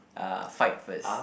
uh fight first